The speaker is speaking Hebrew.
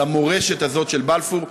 למורשת הזאת של בלפור.